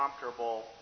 comfortable